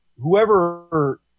whoever